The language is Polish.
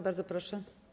Bardzo proszę.